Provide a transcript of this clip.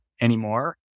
anymore